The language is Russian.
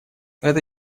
это